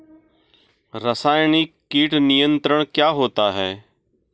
रसायनिक कीट नियंत्रण क्या होता है?